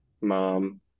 mom